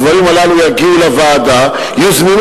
הדברים הללו יגיעו לוועדה, יוזמנו